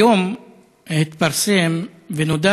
היום התפרסם ונודע